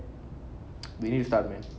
you need to start man